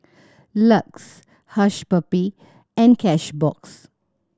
LUX Hush Puppy and Cashbox